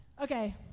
Okay